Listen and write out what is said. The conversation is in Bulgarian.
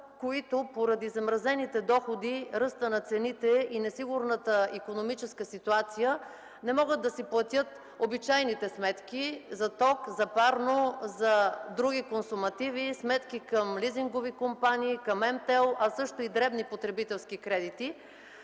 които поради замразените доходи, ръста на цените и несигурната икономическа ситуация не могат да си платят обичайните сметки за ток, вода, парно, други консумативи, сметки към лизингови компании, „Мобилтел”, а също и дребните си потребителски кредити.